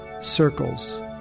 circles